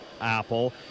apple